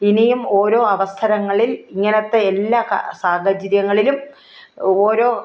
ഇനിയും ഓരോ അവസരങ്ങളിൽ ഇങ്ങനത്തെ എല്ലാ സാഹചര്യങ്ങളിലും ഓരോ